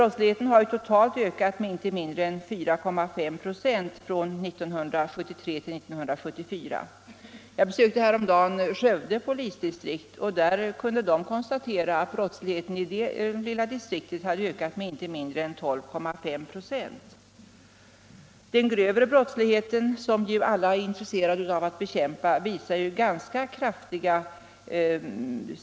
Till detta kommer, och det tycker jag kanske är det allra allvarligaste, att man kan konstatera att uppklaringsprocenten sjunkit ganska kraftigt.